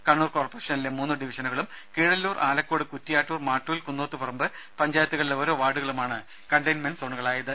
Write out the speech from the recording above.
കണ്ണൂർ കോർപ്പറേഷനിലെ മൂന്ന് ഡിവിഷനുകളും കീഴല്ലൂർ ആലക്കോട് കുറ്റിയാട്ടൂർ മാട്ടൂൽ കൂന്നോത്തുപറമ്പ് പഞ്ചായത്തുകളിലെ ഓരോ വാർഡുകളുമാണ് കണ്ടെയിൻമെന്റ് സോണുകളായത്